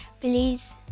please